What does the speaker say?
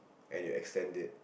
and you extend it